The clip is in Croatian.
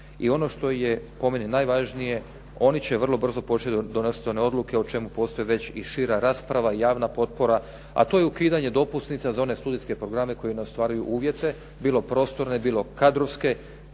I ono što je po meni najvažnije, oni će vrlo brzo početi donositi one odluke o čemu postoji već i šira rasprava, javna potpora, a to je ukidanje dopusnica za one studijske programe koji ne ostvaruju uvjete, bilo prostorne, bilo kadrovske,